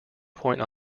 point